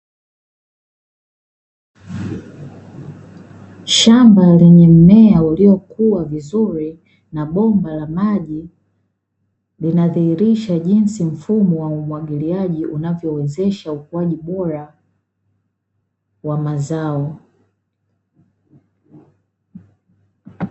Shamba lenye mmea uliokua vizuri, na bomba la maji linadhihirisha jinsi mfumo wa umwagiliaji unavyowezesha ukuaji bora wa mazao.